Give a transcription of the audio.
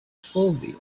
phobia